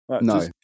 no